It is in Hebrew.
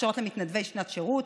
הכשרות למתנדבי שנת שירות,